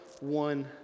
one